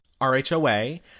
RHOA